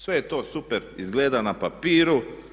Sve to super izgleda na papiru.